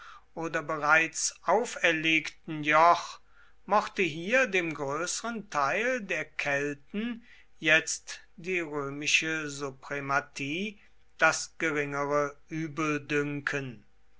oder bereits auferlegten joch mochte hier dem größeren teil der kelten jetzt die römische suprematie das geringere übel dünken